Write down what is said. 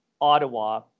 Ottawa